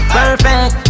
perfect